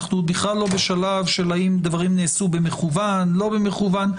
אנחנו בכלל לא בשלב של האם דברים נעשו במכוון או לא במכוון.